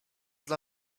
dla